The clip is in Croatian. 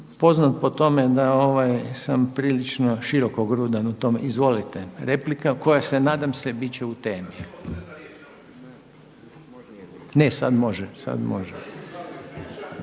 poznat po tome da sam prilično širokogrudan u tome. Izvolite replika koja se nadam se bit će u temi. Ne, sad može.